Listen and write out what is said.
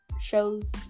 shows